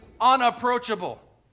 unapproachable